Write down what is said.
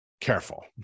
careful